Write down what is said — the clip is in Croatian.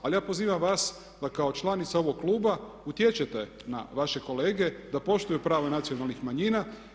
Ali ja pozivam vas da kao članica ovog kluba utječete na vaše kolege da poštuju prava nacionalnih manjina.